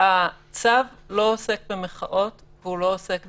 הצו לא עוסק במחאות והוא לא עוסק בהפגנות.